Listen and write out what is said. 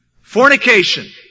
Fornication